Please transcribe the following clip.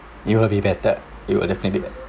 you will be better you will definitely